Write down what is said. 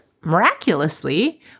miraculously